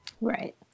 Right